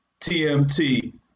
TMT